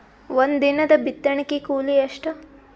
ಒಂದಿನದ ಬಿತ್ತಣಕಿ ಕೂಲಿ ಎಷ್ಟ?